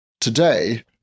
Today